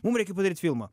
mum reikia padaryt filmą